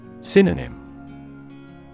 Synonym